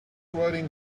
writing